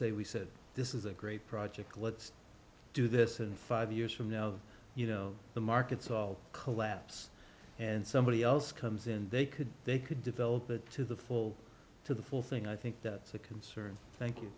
say we said this is a great project let's do this and five years from now you know the markets all collapse and somebody else comes in they could they could develop it to the full to the full thing i think that's a concern thank you